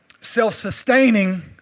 self-sustaining